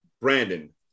Brandon